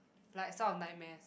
like some of nightmares